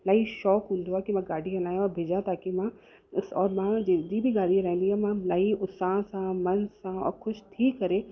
इलाही शौक़ु हूंदो आहे कि मां गाॾी हलायां और भिजा ताकि मां इस और मां जंहिंजी बि गाड़ी हलाईंदी आहियां मां इलाही उत्साह सां मन सां और ख़ुशि थी करे